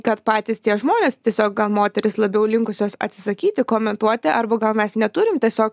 kad patys tie žmonės tiesiog gal moterys labiau linkusios atsisakyti komentuoti arba gal mes neturim tiesiog